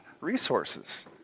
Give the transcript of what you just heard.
resources